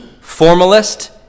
Formalist